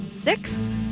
Six